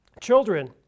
children